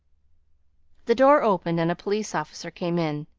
the door opened and a police officer came in.